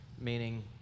meaning